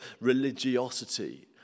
religiosity